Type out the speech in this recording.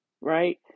right